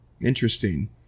Interesting